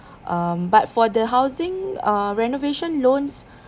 um but for the housing uh renovation loans